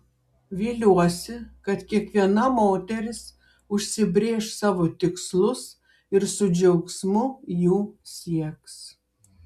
viliuosi kad kiekviena moteris užsibrėš savo tikslus ir su džiaugsmu jų sieks